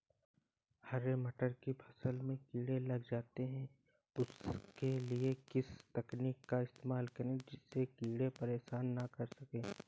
हरे मटर की फसल में कीड़े लग जाते हैं उसके लिए किस तकनीक का इस्तेमाल करें जिससे कीड़े परेशान ना कर सके?